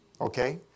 Okay